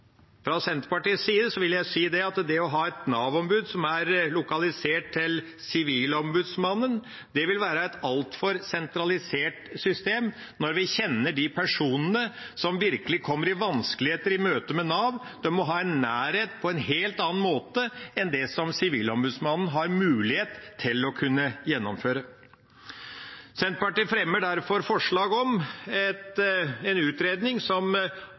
Fra Senterpartiets side vil jeg si at det å ha et Nav-ombud som er lokalisert til Sivilombudsmannen, vil være et altfor sentralisert system når vi kjenner de personene som virkelig kommer i vanskeligheter i møte med Nav. De må ha en nærhet på en helt annen måte enn det Sivilombudsmannen har mulighet til å kunne gjennomføre. Senterpartiet fremmer derfor forslag om en utredning som